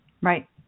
Right